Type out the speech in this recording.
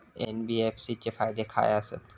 NBFC चे फायदे खाय आसत?